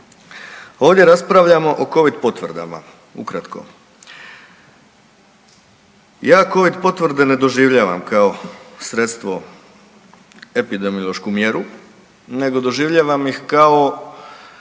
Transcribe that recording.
ovdje raspravljamo o Covid potvrdama ukratko. Ja Covid potvrde ne doživljavam kao sredstvo epidemiološku mjeru, nego doživljavam ih kao